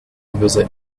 visit